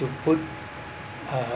to put uh